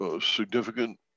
significant